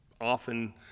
often